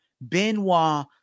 Benoit